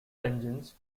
engines